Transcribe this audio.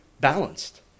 balanced